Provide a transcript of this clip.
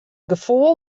gefoel